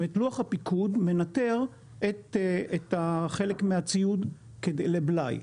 זאת אומרת לוח הפיקוד מנטר את חלק מהציוד לבלאי.